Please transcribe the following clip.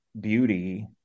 beauty